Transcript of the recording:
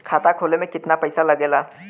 खाता खोले में कितना पईसा लगेला?